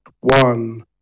one